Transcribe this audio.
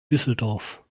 düsseldorf